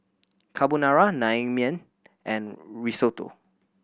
Carbonara Naengmyeon and Risotto